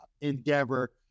endeavor